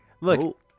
look